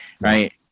right